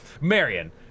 Marion